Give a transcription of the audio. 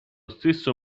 stesso